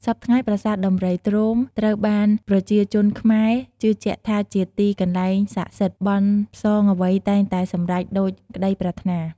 សព្វថ្ងៃប្រាសាទដំរីទ្រោម ត្រូវបានប្រជាជនខ្មែរជឿជាក់ថាជាទីកន្លែងស័ក្តិសិទ្ធ បន់ផ្សងអ្វីតែងតែសម្រេចដូចក្ដីប្រាថ្នា។